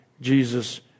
Jesus